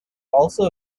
also